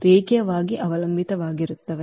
ರೇಖೀಯವಾಗಿ ಅವಲಂಬಿತವಾಗಿರುತ್ತದೆ